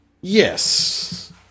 Yes